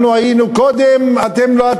אנחנו היינו קודם, אתם לא.